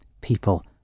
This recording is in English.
people